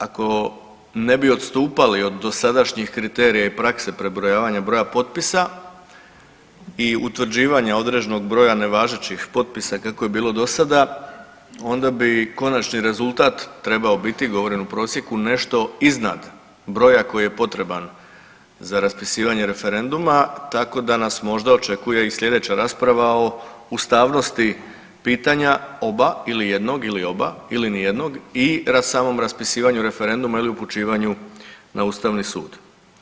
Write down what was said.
Ako bi se, ako ne bi odstupali od dosadašnjih kriterija i prakse prebrojavanja broja potpisa i utvrđivanja određenog broja nevažećim potpisa kako je bilo dosada onda bi konačni rezultat trebao biti, govorim u prosjeku, nešto iznad broja koji je potreban za raspisivanje referenduma tako da nas možda očekuje i slijedeća rasprava o ustavnosti pitanja oba ili jednog ili oba ili ni jednog i na samom raspisivanju referenduma ili upućivanju na Ustavni sud.